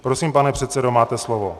Prosím, pane předsedo, máte slovo.